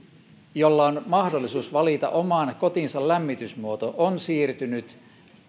jolla on mahdollisuus valita oman kotinsa lämmitysmuoto on siirtynyt